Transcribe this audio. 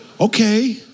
Okay